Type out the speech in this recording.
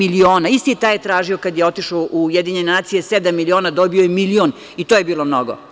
Isti taj je tražio kada je otišao u UN sedam miliona, a dobio je milion i to je bilo mnogo.